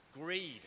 Greed